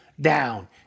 down